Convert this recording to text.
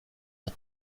ont